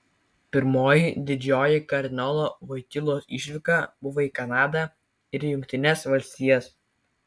pirmoji didžioji kardinolo voitylos išvyka buvo į kanadą ir jungtines valstijas